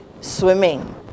swimming